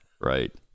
right